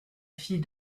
fille